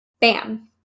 bam